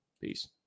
Peace